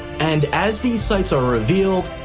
and as these sites are revealed,